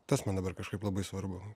tas man dabar kažkaip labai svarbu